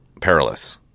perilous